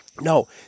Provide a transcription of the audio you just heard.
no